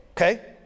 Okay